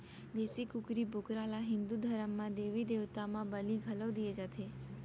देसी कुकरा, बोकरा ल हिंदू धरम म देबी देवता म बली घलौ दिये जाथे